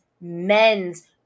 men's